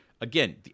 Again